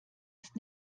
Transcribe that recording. ist